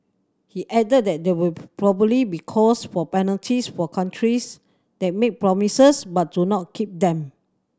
he added that there will probably be calls for penalties for countries that make promises but do not keep them